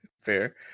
Fair